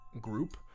group